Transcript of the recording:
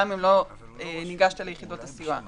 גם אם לא ניגשת ליחידות הסיוע.